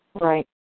Right